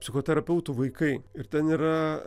psichoterapeutų vaikai ir ten yra